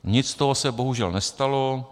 Nic z toho se bohužel nestalo.